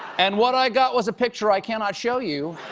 and what i got was a picture i cannot show you,